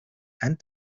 and